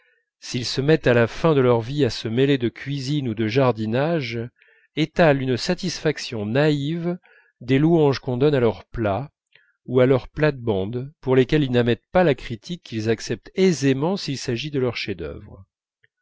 s'ils se mettent à la fin de leur vie à se mêler de cuisine ou de jardinage étalent une satisfaction naïve des louanges qu'on donne à leurs plats ou à leurs plates-bandes pour lesquels ils n'admettent pas la critique qu'ils acceptent aisément s'il s'agit de leurs